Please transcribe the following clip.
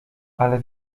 ale